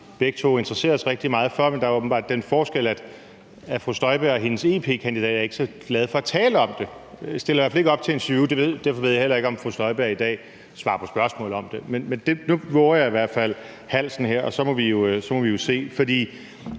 begge to interesserer os rigtig meget for, men der er åbenbart den forskel, at fru Inger Støjberg og hendes EP-kandidat ikke er så glade for at tale om det. De stiller i hvert fald ikke op til interview, og derfor ved jeg heller ikke, om fru Inger Støjberg i dag svarer på spørgsmål om det. Men nu vover jeg i hvert fald halsen her, og så må vi jo se